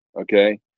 Okay